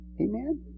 Amen